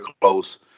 close